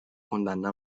condanna